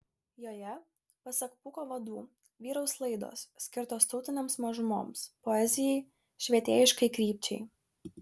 joje pasak pūko vadų vyraus laidos skirtos tautinėms mažumoms poezijai švietėjiškai krypčiai